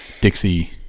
Dixie